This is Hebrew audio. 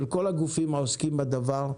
של כל הגופים העוסקים בדבר.